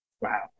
Wow